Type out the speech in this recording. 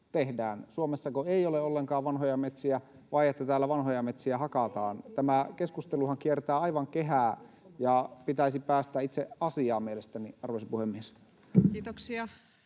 Suomessako ei ole ollenkaan vanhoja metsiä, vai onko niin, että täällä vanhoja metsiä hakataan? Tämä keskusteluhan kiertää aivan kehää, ja pitäisi päästä itse asiaan mielestäni, arvoisa puhemies. Kiitoksia.